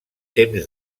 temps